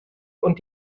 und